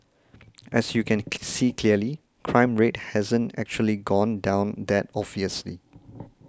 as you can see clearly crime rate hasn't actually gone down that obviously